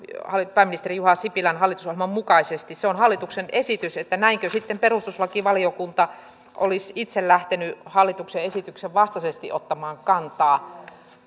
pääministeri juha sipilän hallitusohjelman mukaisesti se on hallituksen esitys että näinkö sitten perustuslakivaliokunta olisi itse lähtenyt hallituksen esityksen vastaisesti ottamaan kantaa